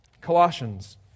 Colossians